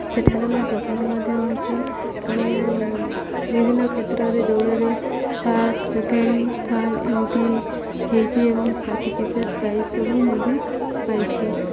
ସେଠାରେ ମୁଁ ସଫଳ ମଧ୍ୟ ହୋଇଛି ମୁଁ ବିଭିନ୍ନ କ୍ଷେତ୍ରରେ ଦୌଡ଼ରେ ଫାଷ୍ଟ୍ ସେକେଣ୍ଡ୍ ଥାର୍ଡ଼୍ ଏମିତି ହୋଇଛି ଏବଂ ସାର୍ଟିିଫିକେଟ୍ ପ୍ରାଇଜ୍ ସବୁ ମଧ୍ୟ ପାଇଛି